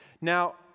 Now